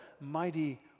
mighty